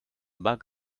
bug